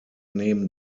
neben